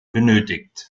benötigt